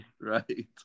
right